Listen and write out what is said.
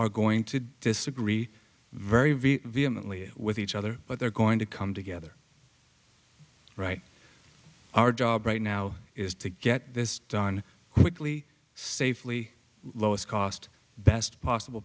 are going to disagree very vehemently with each other but they're going to come together right our job right now is to get this done quickly safely lowest cost best possible